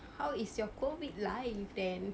how is your COVID life then